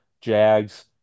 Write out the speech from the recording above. Jags